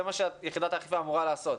זה מה שיחידת האכיפה אמורה לעשות.